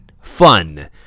fun